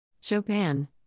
Chopin